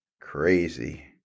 Crazy